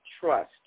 trust